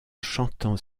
chantant